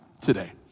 today